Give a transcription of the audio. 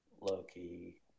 loki